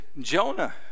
Jonah